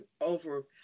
over